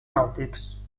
nàutics